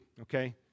okay